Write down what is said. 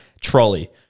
trolley